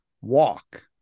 walk